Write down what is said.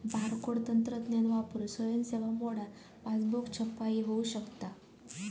barcode तंत्रज्ञान वापरून स्वयं सेवा मोडात पासबुक छपाई होऊ शकता